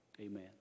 Amen